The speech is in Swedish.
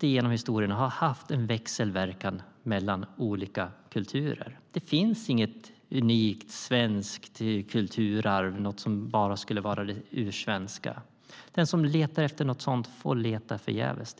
genom historien alltid har haft en växelverkan mellan olika kulturer. Det finns inte något unikt svenskt kulturarv, något som skulle vara det ursvenska. Den som letar efter något sådant får leta förgäves.